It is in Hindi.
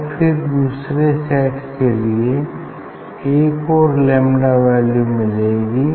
और फिर दूसरे सेट के लिए एक और लैम्डा वैल्यू मिलेगी